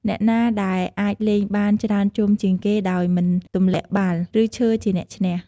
អ្នកណាដែលអាចលេងបានច្រើនជុំជាងគេដោយមិនទម្លាក់បាល់ ឬឈើជាអ្នកឈ្នះ។